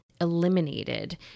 eliminated